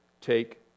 take